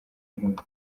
nkuru